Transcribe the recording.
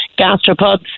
gastropods